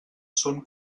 són